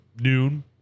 noon